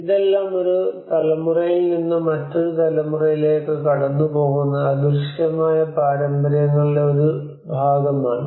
ഇതെല്ലാം ഒരു തലമുറയിൽ നിന്ന് മറ്റൊരു തലമുറയിലേക്ക് കടന്നുപോകുന്ന അദൃശ്യമായ പാരമ്പര്യങ്ങളുടെ ഒരു ഭാഗമാണ്